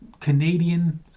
Canadian